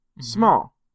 Small